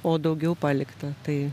o daugiau palikta tai